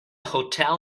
hotel